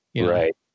Right